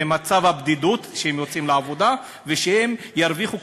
ממצב הבדידות כשהם יוצאים לעבודה, ושהם ירוויחו.